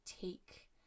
take